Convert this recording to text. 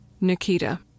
Nikita